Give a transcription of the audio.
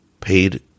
paid